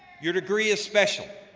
your degree is special,